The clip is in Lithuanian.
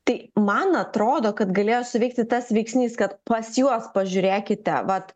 tai man atrodo kad galėjo suveikti tas veiksnys kad pas juos pažiūrėkite vat